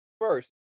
first